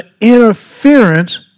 interference